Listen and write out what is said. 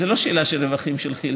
זאת לא השאלה של רווחים של כי"ל,